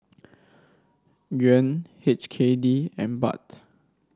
Yuan H K D and Baht